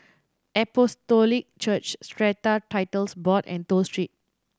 Apostolic Church Strata Titles Board and Toh Street